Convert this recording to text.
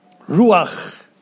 ruach